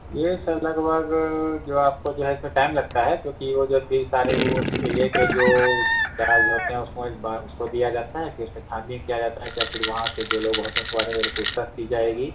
ये सर लगभग जो आपको जो है तो टाइम लगता है क्योंकि वो सारे उस एरिये के जो इंचार्ज होते हैं उसमें उसको दिया जाता है केस में छानबीन किया जाता है क्या है फिर वहाँ से जो लोग होते हैं उनसे पूछताछ की जाएगी